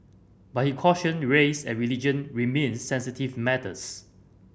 but he cautioned race and religion remained sensitive matters